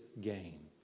gain